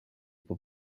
può